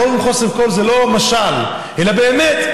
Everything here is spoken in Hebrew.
בעירום ובחוסר כול הם לא משל אלא אמת,